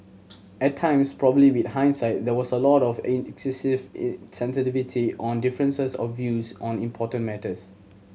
at times probably with hindsight there was a lot of excessive in sensitivity on differences of views on important matters